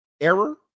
error